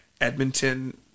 Edmonton